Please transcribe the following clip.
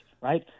right